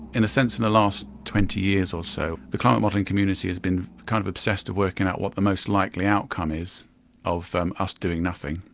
in a sense and the last twenty years or so the climate modelling community has been kind of obsessed by working out what the most likely outcome is of um us doing nothing.